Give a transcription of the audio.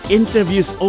interviews